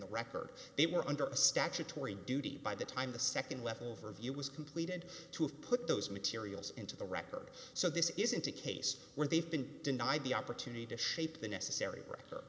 the record they were under a statutory duty by the time the nd weapon overview was completed to put those materials into the record so this isn't a case where they've been denied the opportunity to shape the necessary record